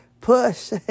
Push